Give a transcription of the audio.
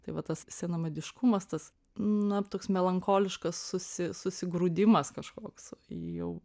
tai vat tas senamadiškumas tas na toks melancholiškas susi susigrūdimas kažkoks į jau